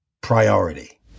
priority